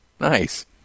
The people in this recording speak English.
Nice